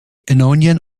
ionian